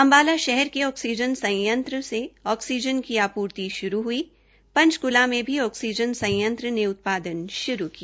अम्बाला शहर के ऑक्सीजन संयंत्र से ऑक्सीजन की आपूर्ति श्रू ह्ई पंचकूला में भी ऑक्सीजन संयंत्र ने उत्पादन श्रू किया